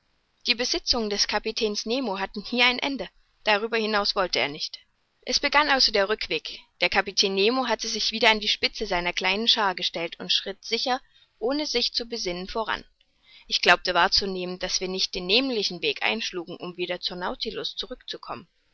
die besitzungen des kapitäns nemo hatten hier ein ende darüber hinaus wollte er nicht es begann also der rückweg der kapitän nemo hatte sich wieder an die spitze seiner kleinen schaar gestellt und schritt sicher ohne sich zu besinnen voran ich glaubte wahrzunehmen daß wir nicht den nämlichen weg einschlugen um wieder zum nautilus zu